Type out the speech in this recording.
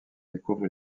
découvre